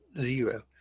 zero